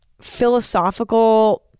philosophical